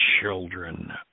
children